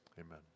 amen